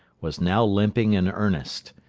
was now limping in earnest.